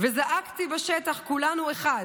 וזעקתי בשטח 'כולנו אחד!'